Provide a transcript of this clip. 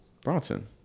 Bronson